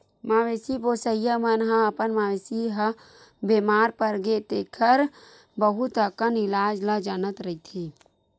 मवेशी पोसइया मन ह अपन मवेशी ह बेमार परगे तेखर बहुत अकन इलाज ल जानत रहिथे